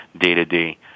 day-to-day